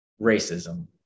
racism